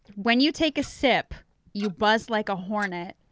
when you take a sip you buzz like a hornet.